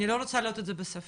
אני לא רוצה להטיל בזה ספק